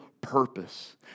purpose